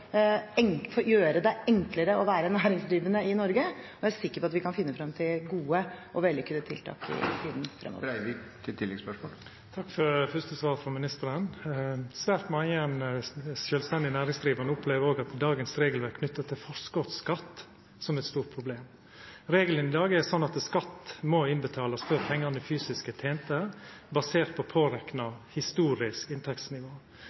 gjøre det enklere å være næringsdrivende i Norge, og jeg er sikker på at vi kan finne frem til gode og vellykkede tiltak i tiden fremover. Takk for det fyrste svaret frå ministeren. Svært mange sjølvstendig næringsdrivande opplever òg dagens regelverk knytt til forskotsskatt som eit stor problem. Regelen i dag er sånn at skatt må innbetalast før pengane fysisk er tente, basert på pårekna historisk inntektsnivå.